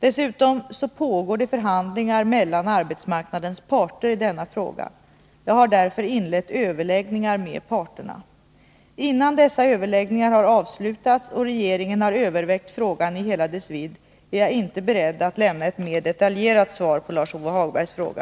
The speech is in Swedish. Dessutom pågår det förhandlingar mellan arbetsmarknadens parter i denna fråga. Jag har därför inlett överläggningar med parterna. Innan dessa överläggningar har avslutats och regeringen har övervägt frågan i hela dess vidd, är jag inte beredd att lämna ett mera detaljerat svar på Lars-Ove Hagbergs fråga.